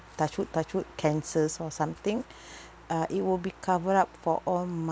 touch wood touch wood cancers or something uh it will be covered up for all